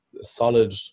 solid